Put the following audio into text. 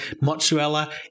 mozzarella